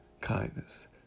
kindness